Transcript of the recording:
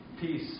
peace